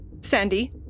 sandy